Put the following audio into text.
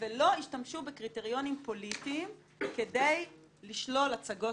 ולא ישתמשו בקריטריונים פוליטיים כדי לשלול הצגות